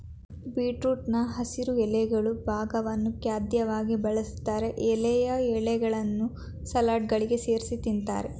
ಬೀಟ್ರೂಟ್ನ ಹಸಿರು ಎಲೆಗಳ ಭಾಗವನ್ನು ಖಾದ್ಯವಾಗಿ ಬಳಸ್ತಾರೆ ಎಳೆಯ ಎಲೆಗಳನ್ನು ಸಲಾಡ್ಗಳಿಗೆ ಸೇರ್ಸಿ ತಿಂತಾರೆ